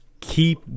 keep